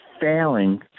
failing